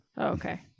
okay